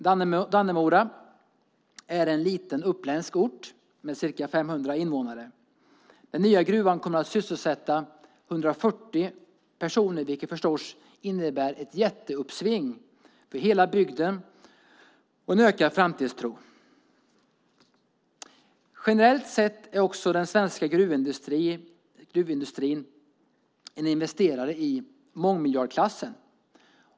Dannemora är en liten uppländsk ort med ca 500 invånare. Den nya gruvan kommer att sysselsätta 140 personer, vilket förstås innebär ett jätteuppsving för hela bygden och en ökad framtidstro. Generellt sett är också den svenska gruvindustrin en investerare i mångmiljardklassen.